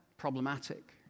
problematic